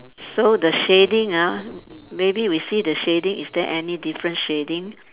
so the shading ah maybe we see the shading is there any different shading